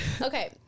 Okay